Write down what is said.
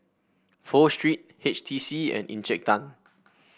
Pho Street H T C and Encik Tan